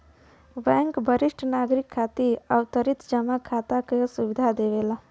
bank वरिष्ठ नागरिक खातिर आवर्ती जमा खाता क सुविधा देवला